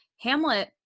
Hamlet